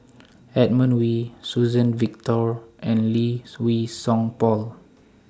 Edmund Wee Suzann Victor and Lee Wei Song Paul